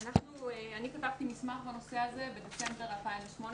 אני כתבתי מסמך בנושא הזה בדצמבר 2018